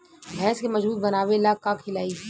भैंस के मजबूत बनावे ला का खिलाई?